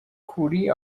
کوری